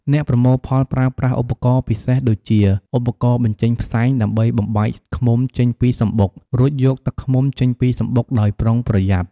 អ្នកប្រមូលផលប្រើប្រាស់ឧបករណ៍ពិសេសដូចជា ឧបករណ៍បញ្ចេញផ្សែងដើម្បីបំបែកឃ្មុំចេញពីសំបុក រួចយកទឹកឃ្មុំចេញពីសំបុកដោយប្រុងប្រយ័ត្ន។